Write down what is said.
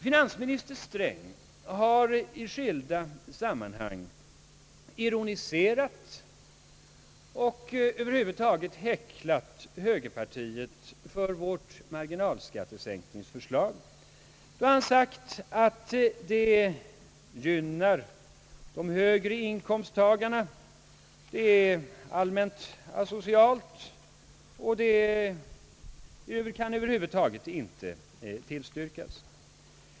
Finansminister Sträng har i skilda sammanhang ironiserat och över huvud taget häcklat högerpartiet för vårt marginalskattesänkningsförslag. Han har sagt att förslaget gynnar de högre inkomsttagarna. Det är allmänt asocialt och kan över huvud taget inte tillstyrkas.